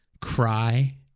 Cry